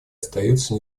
остаются